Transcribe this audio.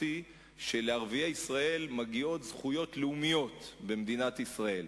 שלערביי ישראל מגיעות זכויות לאומיות במדינת ישראל.